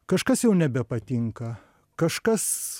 kažkas jau nebepatinka kažkas